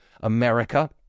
America